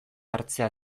hartzea